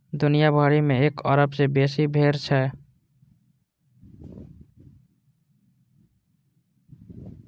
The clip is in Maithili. दुनिया भरि मे एक अरब सं बेसी भेड़ छै